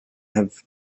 had